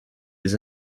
des